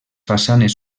façanes